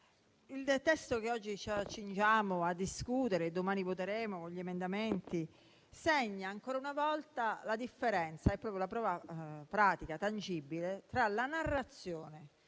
il testo che oggi ci accingiamo a discutere e di cui domani voteremo gli emendamenti segna ancora una volta la differenza - ne è proprio la prova pratica e tangibile - tra la narrazione